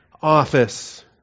office